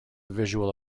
visual